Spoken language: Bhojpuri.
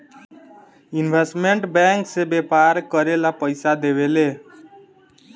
इन्वेस्टमेंट बैंक से व्यापार करेला पइसा देवेले